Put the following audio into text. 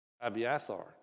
Abiathar